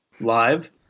live